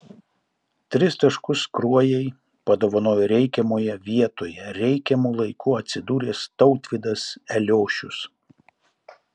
tris taškus kruojai padovanojo reikiamoje vietoje reikiamu laiku atsidūręs tautvydas eliošius